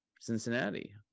Cincinnati